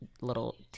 little